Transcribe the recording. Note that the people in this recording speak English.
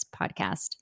podcast